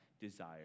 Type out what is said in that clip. desire